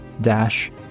dash